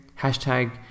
hashtag